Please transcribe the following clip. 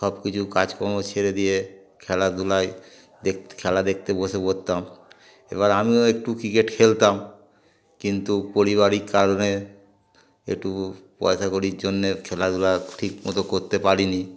সব কিছু কাজকর্ম ছেড়ে দিয়ে খেলাধুলায় দেখ খেলা দেখতে বসে পড়তাম এবার আমিও একটু ক্রিকেট খেলতাম কিন্তু পরিবারিক কারণে একটু পয়সাাকড়ির জন্যে খেলাধুলা ঠিকমতো করতে পারিনি